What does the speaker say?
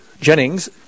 Jennings